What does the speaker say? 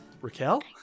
Raquel